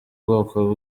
bwoko